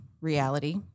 reality